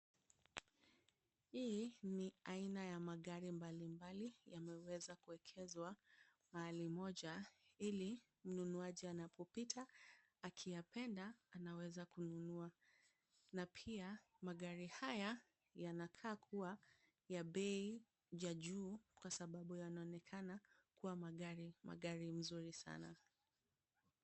Hii ni aina ya magari mbalimbali yameweza kuekezwa mahali moja ili mnunuaji anapopita akiyapenda anaweza kununua na pia magari haya yanakaa kuwa ya bei ya juu kwa sababu yanaonekana kuwa magari mazuri sana.